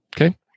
Okay